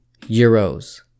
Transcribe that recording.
Euros